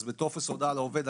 אז בטופס הודעה לעובד,